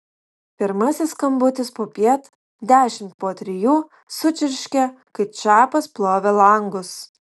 pirmasis skambutis popiet dešimt po trijų sučirškė kai čapas plovė langus